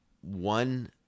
one